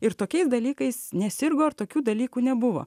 ir tokiais dalykais nesirgo ir tokių dalykų nebuvo